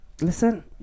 Listen